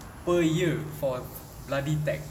per year for a bloody tax